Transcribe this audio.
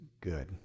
good